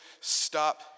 stop